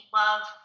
love